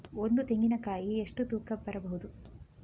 ಒಂದು ತೆಂಗಿನ ಕಾಯಿ ಎಷ್ಟು ತೂಕ ಬರಬಹುದು?